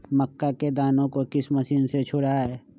मक्का के दानो को किस मशीन से छुड़ाए?